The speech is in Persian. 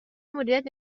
مدیریت